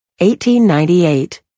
1898